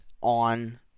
on